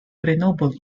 grenoble